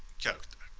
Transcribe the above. character,